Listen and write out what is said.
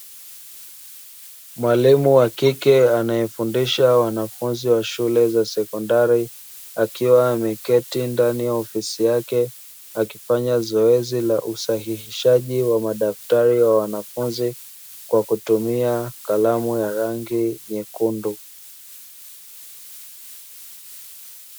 Mwalimu wa kike anayefundisha wanafunzi wa shule za sekondari, akiwa ameketi ndani ya ofisi yake akifanya zoezi la usahihishaji wa madaftari ya wanafunzi, kwa kutumia kalamu ya rangi nyekundu.